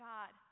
God